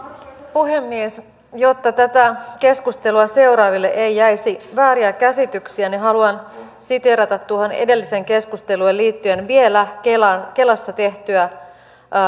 puhemies jotta tätä keskustelua seuraaville ei jäisi vääriä käsityksiä niin haluan siteerata tuohon edelliseen keskusteluun liittyen vielä kelassa tehtyä